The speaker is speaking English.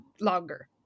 longer